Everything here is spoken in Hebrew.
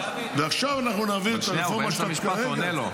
ועכשיו אנחנו נעביר את הרפורמה הנוספת,